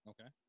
Okay